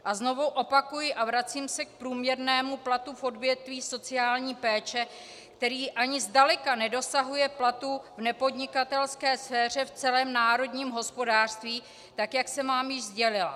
A znovu opakuji a vracím se k průměrnému platu v odvětví sociální péče, který ani zdaleka nedosahuje platů v nepodnikatelské sféře v celém národním hospodářství, jak jsem vám již sdělila.